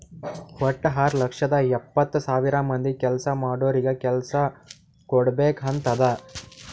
ವಟ್ಟ ಆರ್ ಲಕ್ಷದ ಎಪ್ಪತ್ತ್ ಸಾವಿರ ಮಂದಿ ಕೆಲ್ಸಾ ಮಾಡೋರಿಗ ಕೆಲ್ಸಾ ಕುಡ್ಬೇಕ್ ಅಂತ್ ಅದಾ